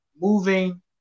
moving